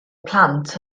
plant